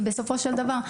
כי בסופו של דבר,